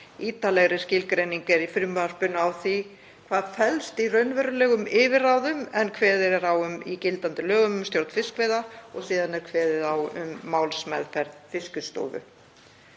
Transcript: Ítarlegri skilgreining er á því í frumvarpinu hvað felst í raunverulegum yfirráðum en kveðið er á um í gildandi lögum um stjórn fiskveiða og síðan er kveðið á um málsmeðferð Fiskistofu.